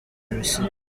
misiri